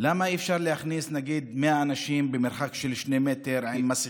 למה אי-אפשר להכניס 100 אנשים במרחק של שני מטר עם מסכות,